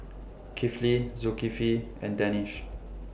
Kifli Zulkifli and Danish